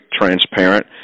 transparent